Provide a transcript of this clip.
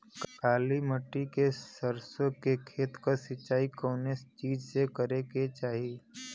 काली मिट्टी के सरसों के खेत क सिंचाई कवने चीज़से करेके चाही?